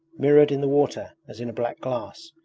mirrored in the water as in a black glass,